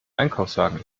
einkaufswagen